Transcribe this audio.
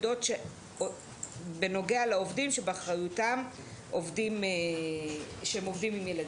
בנוגע לעובדים שבאחריותם ועובדים עם ילדים".